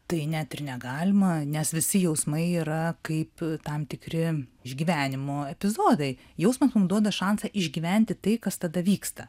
tai net ir negalima nes visi jausmai yra kaip tam tikri išgyvenimo epizodai jausmas mum duoda šansą išgyventi tai kas tada vyksta